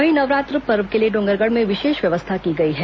वहीं नवरात्र पर्व के लिए डोंगरगढ़ में विशेष व्यवस्था की गई है